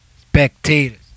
spectators